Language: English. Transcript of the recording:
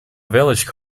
vintage